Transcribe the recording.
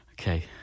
Okay